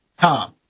Tom